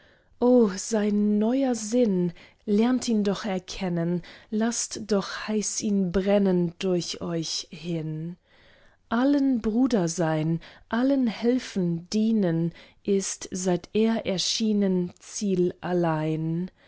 o sein neuer sinn lernt ihn doch erkennen laßt doch heiß ihn brennen durch euch hin allen bruder sein allen helfen dienen ist seit er erschienen ziel allein